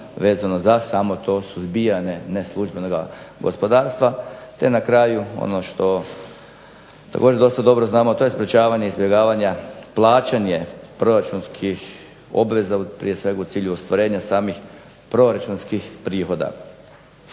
vezano za samo to suzbijanje neslužbenoga gospodarstva te na kraju ono što također dosta dobro znamo, a to je sprečavanje izbjegavanja plaćanja proračunskih obveza, prije svega u cilju ostvarenja samih proračunskih prihoda.